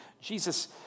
Jesus